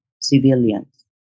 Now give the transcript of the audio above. civilians